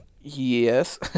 yes